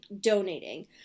donating